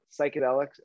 psychedelics